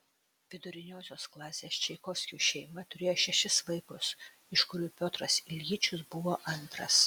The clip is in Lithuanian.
viduriniosios klasės čaikovskių šeima turėjo šešis vaikus iš kurių piotras iljičius buvo antras